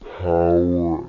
power